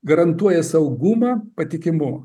garantuoja saugumą patikimumą